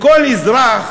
לכל אזרח